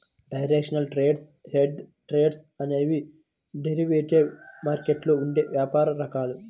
directional trades, hedged trades అనేవి derivative మార్కెట్లో ఉండే వ్యాపార రకాలు